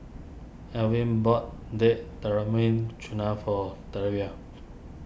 Elvin bought Date Tamarind for